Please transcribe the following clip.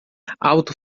auto